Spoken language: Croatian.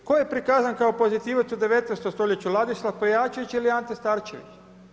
Tko je prikazan kao pozitivac u 19. stoljeću, Ladislav Pejačević ili Ante Starčević?